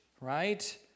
right